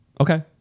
Okay